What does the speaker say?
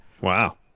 Wow